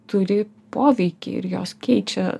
turi poveikį ir jos keičia